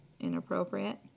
inappropriate